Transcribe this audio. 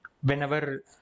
whenever